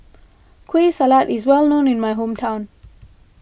Kueh Salat is well known in my hometown